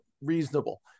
reasonable